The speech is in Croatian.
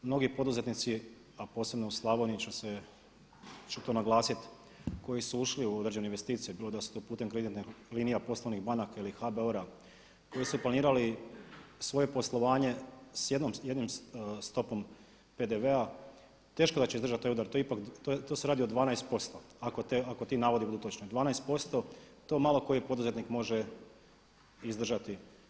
Mnogi poduzetnici, a posebno u Slavoniji će se ja ću to naglasiti koji su ušli u određene investicije bilo da su to putem kreditnih linija poslovnih banaka ili HBOR-a, koji su planirali svoje poslovanje s jednom stopom PDV-a teško da će izdržati taj udar, tu se radi o 12%, ako ti navodi budu točni, 12% to malo koji poduzetnik može izdržati.